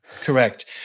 Correct